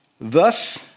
Thus